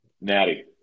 Natty